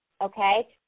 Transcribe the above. okay